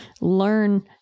learn